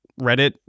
Reddit